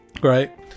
Right